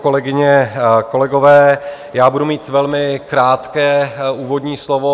Kolegyně kolegové, já budu mít velmi krátké úvodní slovo.